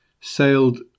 sailed